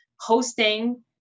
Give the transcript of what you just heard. hosting